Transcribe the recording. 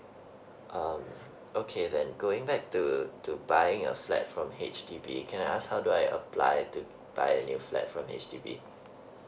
um okay then going back to to buying a flat from H_D_B can I ask how do I apply to buy new flat from H_D_B